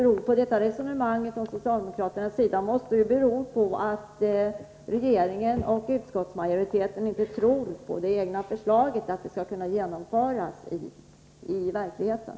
Resonemanget från socialdemokraternas sida måste ju bero på att regeringen och utskottsmajoriteten inte tror på att det egna förslaget skall kunna genomföras i verkligheten.